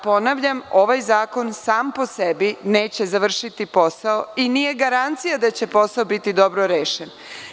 Ponavljam, ovaj zakon sam po sebi neće završiti posao i nije garancija da će posao biti dobro rešen.